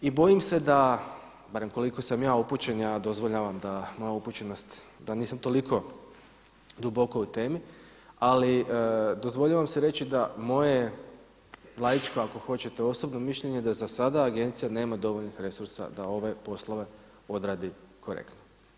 I bojim se da, barem koliko sam ja upućen, ja dozvoljavam da moja upućenost, da nisam toliko duboko u temi ali dozvoljavam si reći da moje laičko ako hoćete osobno mišljenje da za sada agencija nema dovoljnih resursa da ove poslove odradi korektno.